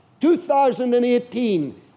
2018